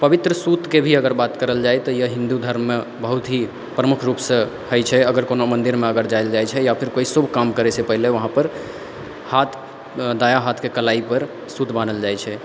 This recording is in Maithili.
पवित्र सूतके भी अगर बात करल जाए तऽ यह हिन्दू धर्ममे बहुत ही प्रमुख रूपसँ होइ छै अगर कोनो मन्दिरमे अगर जायल जाइ छै या कोइ शुभ काम करै सँ पहिले वहाँपर हाथ दायाँ हाथके कलाइपर सूत बान्हल जाइ छै